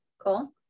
cool